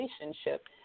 relationship